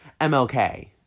mlk